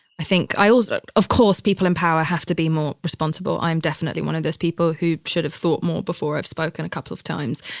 i think i also, of course, people in power have to be more responsible. i'm definitely one of those people who should have thought more before i've spoken a couple of times.